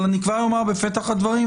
אבל אני כבר אומר בפתח הדברים,